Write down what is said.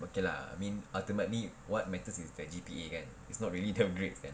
okay lah I mean ultimately what matters is the G_P_A kan it's not really the grades kan